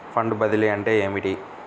Fund బదిలీ అంటే ఏమిటి?